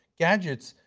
gadgets,